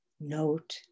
Note